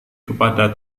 kepada